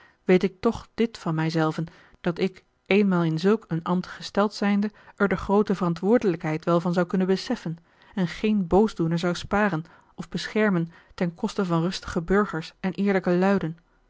weet ik toch dit van mij zelven dat ik eenmaal in zulk een ambt gesteld zijnde er de groote verantwoordelijkheid wel van zou kunnen beseffen en geen boosdoener zou sparen of beschermen ten koste van rustige burgers en eerlijke luiden